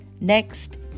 Next